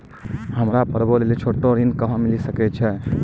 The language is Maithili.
हमरा पर्वो लेली छोटो ऋण कहां मिली सकै छै?